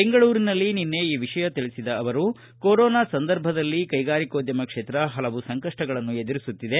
ಬೆಂಗಳೂರಿನಲ್ಲಿ ನಿನ್ನೆ ಈ ವಿಷಯ ತಿಳಿಸಿದ ಅವರು ಕೊರೊನಾ ಸಂದರ್ಭದಲ್ಲಿ ಕೈಗಾರಿಕೋದ್ಯಮ ಕ್ಷೇತ್ರ ಪಲವು ಸಂಕಷ್ಟಗಳನ್ನು ಎದುರಿಸುತ್ತಿದೆ